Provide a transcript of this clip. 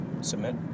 submit